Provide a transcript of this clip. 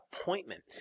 appointment